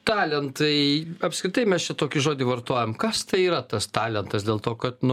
talentai apskritai mes čia tokį žodį vartojam kas tai yra tas talentas dėl to kad nu